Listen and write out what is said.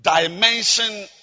dimension